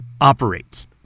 operates